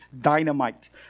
dynamite